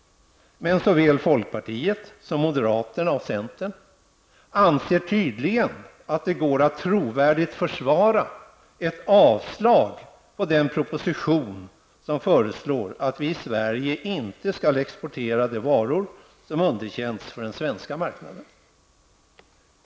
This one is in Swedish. Men såväl folkpartiet som moderaterna och centern anser tydligen att det går att trovärdigt försvara ett avslag på den proposition som föreslår att vi i Sverige inte skall exportera de varor som underkänts för den svenska marknaden.